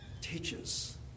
teaches